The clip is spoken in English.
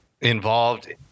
involved